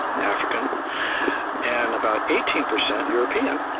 african and about eighteen percent european,